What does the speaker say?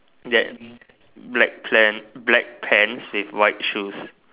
bla~ black plans black pants with white shoes